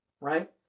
right